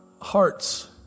hearts